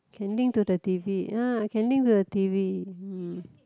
can link to the T_V ah can link to the T_V mm